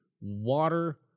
water